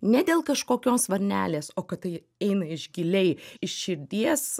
ne dėl kažkokios varnelės o kad tai eina iš giliai iš širdies